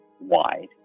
wide